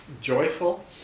joyful